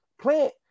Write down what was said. plant